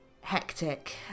hectic